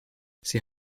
sie